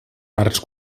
parts